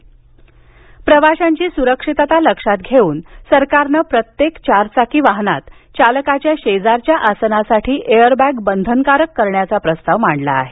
airbag प्रवाशांची सुरक्षितता लक्षात घेऊन सरकारनं प्रत्येक चारचाकी वाहनात चालकाच्या शेजारच्या आसनासाठी एअरबॅग बंधनकारक करण्याचा प्रस्ताव मांडला आहे